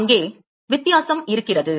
அங்கே வித்தியாசம் இருக்கிறது